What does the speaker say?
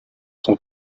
son